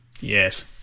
yes